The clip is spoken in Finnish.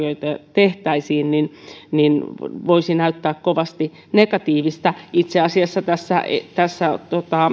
tehtäisiin niin niin voisi näyttää kovasti negatiivista itse asiassa tässä tässä